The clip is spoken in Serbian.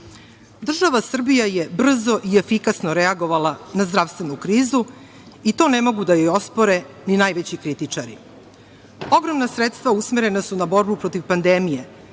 mera. Država Srbija je brzo i efikasno reagovala na zdravstvenu krizu i to ne mogu da joj ospore ni najveći kritičari. Ogromna sredstva usmerena su na borbu protiv pandemije,